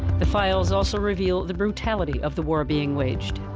the files also reveal the brutality of the war being waged.